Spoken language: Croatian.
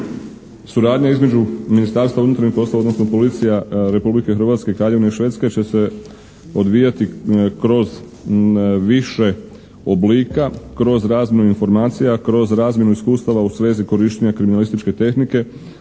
Suradnja između Ministarstva unutarnjih poslova odnosno policija Republike Hrvatske i Kraljevine Švedske će se odvijati kroz više oblika, kroz razmjenu informacija, kroz razmjenu iskustava u svezi korištenja kriminalističke tehnike,